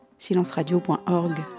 silenceradio.org